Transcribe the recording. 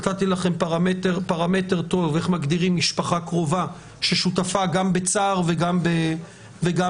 נתתי לכם פרמטר טוב איך מגדירים משפחה קרובה ששותפה גם בצער וגם בשמחה.